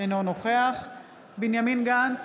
אינו נוכח בנימין גנץ,